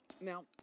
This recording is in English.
Now